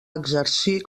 exercir